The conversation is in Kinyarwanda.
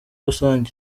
rusange